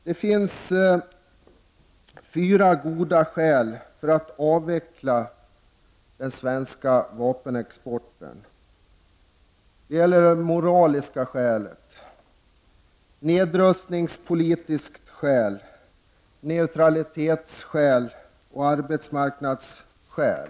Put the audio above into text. Det finns fyra goda skäl för att avveckla den svenska vapenexporten: moraliska skäl, nedrustningspolitiska skäl, neutralitetsskäl och arbetsmarknadsskäl.